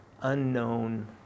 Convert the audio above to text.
unknown